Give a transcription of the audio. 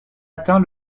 atteint